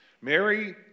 Mary